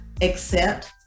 accept